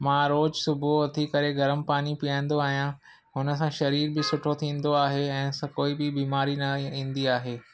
मां रोज़ु सुबुह उथी करे गरम पाणी पीअंदो आहियां उनसां शरीर बि सुठो थींदो आहे ऐं इन सां कोई बि बीमारी न ई ईंदी आहे